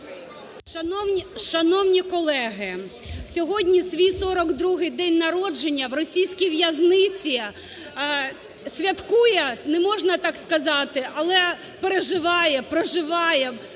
Шановні колеги, сьогодні свій 42 день народження в російській в'язниці святкує, не можна так сказати, але переживає, проживає